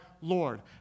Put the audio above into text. Lord